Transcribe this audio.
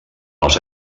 els